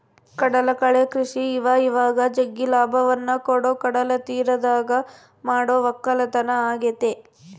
ಕಡಲಕಳೆ ಕೃಷಿ ಇವಇವಾಗ ಜಗ್ಗಿ ಲಾಭವನ್ನ ಕೊಡೊ ಕಡಲತೀರದಗ ಮಾಡೊ ವಕ್ಕಲತನ ಆಗೆತೆ